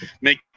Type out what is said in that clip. make